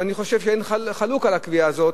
ואני חושב שאין חולק על הקביעה הזאת: